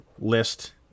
list